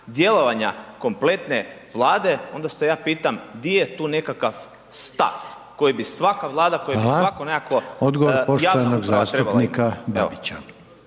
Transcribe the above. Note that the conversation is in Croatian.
djelovanja kompletne Vlade, onda se ja pitam di je tu nekakav stav koji bi svaka Vlada, koje bi svaka nekakva javna uprava trebala